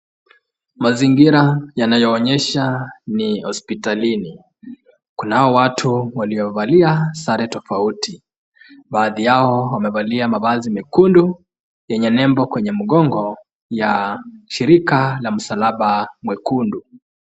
Mazingira yanayoosha ni hospitalini. Kuna watu waliovalia sare tofauti. Baadhi yao wamevalia mavazi mekundu yenye nembo kwenye mgongo ya shirika la msalaba mwekundu.